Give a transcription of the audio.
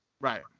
Right